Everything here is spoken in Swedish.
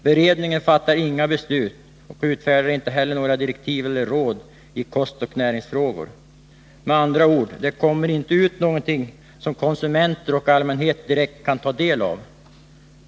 Beredningen fattar inte några beslut och utfärdar inte heller några direktiv eller råd i kostoch näringsfrågor. Med andra ord — det kommer inte ut någonting som konsumenter och allmänhet direkt kan ta del av.